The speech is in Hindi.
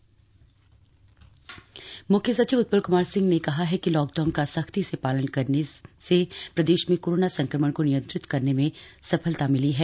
मुख्य सचिव मुख्य सचिव उत्पल क्मार सिंह ने कहा है कि लॉकडाउन का सख्ती से पालन करने से प्रदेश में कोरोना संक्रमण को नियंत्रित करने में सफलता मिली है